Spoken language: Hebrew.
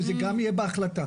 שזה גם יהיה בהחלטה.